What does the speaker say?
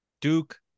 Duke